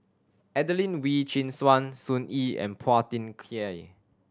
Adelene Wee Chin Suan Sun Yee and Phua Thin Kiay